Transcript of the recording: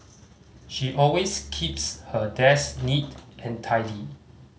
she always keeps her desk neat and tidy